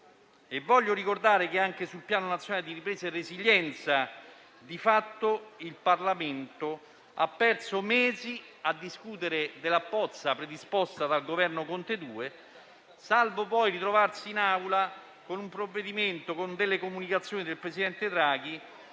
Voglio ricordare che anche sul Piano nazionale di ripresa e resilienza il Parlamento ha di fatto perso mesi a discutere della bozza predisposta dal Governo Conte II, salvo poi ritrovarsi in Aula con delle comunicazioni del presidente Draghi